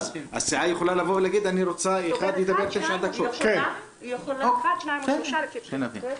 היא יכולה אחד, שניים או שלושה, לפי בחירתה.